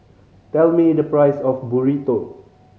tell me the price of Burrito